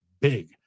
big